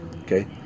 okay